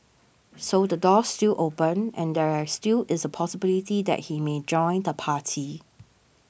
so the door's still open and there still is a possibility that he may join the party